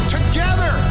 Together